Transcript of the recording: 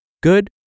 Good